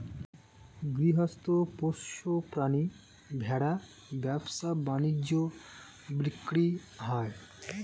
গৃহস্থ পোষ্য প্রাণী ভেড়া ব্যবসা বাণিজ্যে বিক্রি হয়